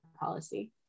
policy